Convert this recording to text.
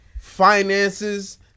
finances